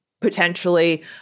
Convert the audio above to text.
potentially